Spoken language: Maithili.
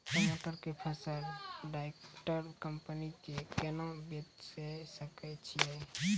टमाटर के फसल डायरेक्ट कंपनी के केना बेचे सकय छियै?